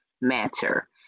matter